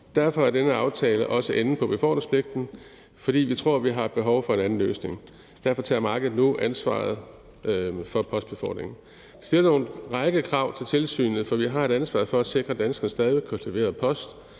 Derfor er denne aftale også enden på befordringspligten, fordi vi tror, vi har behov for en anden løsning. Derfor tager markedet nu ansvaret for postbefordringen. Det stiller jo en række krav til tilsynet, for vi har et ansvar for at sikre, at danskerne stadig kan få leveret post